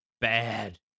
Bad